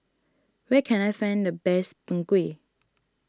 where can I find the best Png Kueh